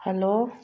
hello